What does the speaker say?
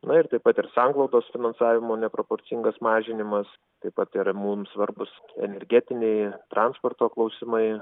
na ir taip pat ir sanglaudos finansavimo neproporcingas mažinimas taip pat yra mums svarbus energetiniai transporto klausimai